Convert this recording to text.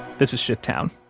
this is shittown